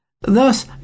Thus